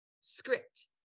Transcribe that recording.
script